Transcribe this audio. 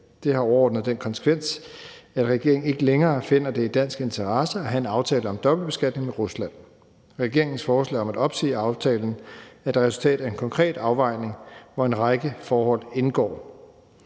Det har overordnet den konsekvens, at regeringen ikke længere finder det i dansk interesse at have en aftale om dobbeltbeskatning med Rusland. Regeringens forslag om at opsige aftalen er et resultat af en konkret afvejning, hvor en række forhold indgår.